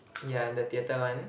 yeah the theatre one